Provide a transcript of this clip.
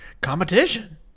competition